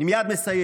אני מייד מסיים.